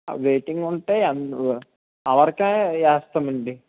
waiting ఉంటే అవర్కి వేస్తాము అండి